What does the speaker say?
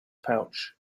pouch